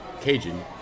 Cajun